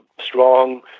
strong